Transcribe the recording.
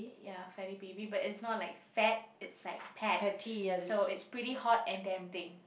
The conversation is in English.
ya Fatty Baby but it's not like fat it's like pet so it's pretty hot and damn thing